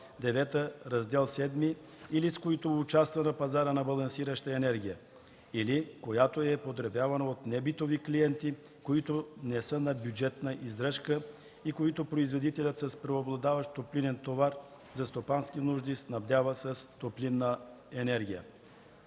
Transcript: Раздел VІІ, или с които участва на пазара на балансираща енергия, или която е потребявана от небитови клиенти, които не са на бюджетна издръжка, и които производителят с преобладаващ топлинен товар за стопански нужди снабдява с топлинна енергия.”